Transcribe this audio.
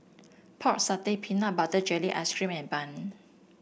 Pork Satay Peanut Butter Jelly Ice cream and bun